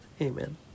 Amen